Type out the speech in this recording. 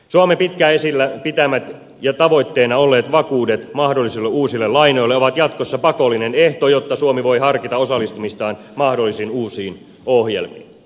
suomen pitkään esillä pitämät ja tavoitteena olleet vakuudet mahdollisille uusille lainoille ovat jatkossa pakollinen ehto jotta suomi voi harkita osallistumistaan mahdollisiin uusiin ohjelmiin